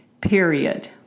period